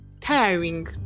tiring